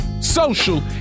social